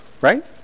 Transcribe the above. Right